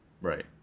Right